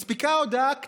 מספיקה הודעה קצרה,